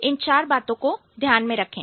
इन चार बातों को ध्यान में रखें